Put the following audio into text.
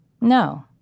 No